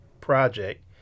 project